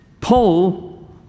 Paul